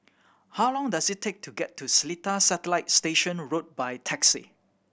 how long does it take to get to Seletar Satellite Station Road by taxi